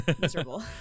Miserable